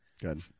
Good